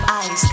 ice